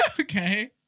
Okay